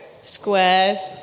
squares